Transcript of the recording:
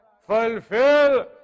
Fulfill